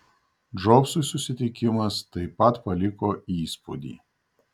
džobsui susitikimas taip pat paliko įspūdį